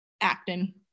acting